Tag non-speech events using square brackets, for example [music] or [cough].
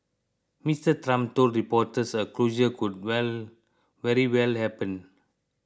Mister Trump told reporters a closure could [unintelligible] very well happen